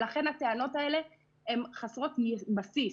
ולכן הטענות האלה הן חסרות בסיס,